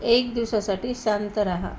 एक दिवसासाठी शांत रहा